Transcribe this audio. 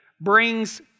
brings